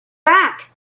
back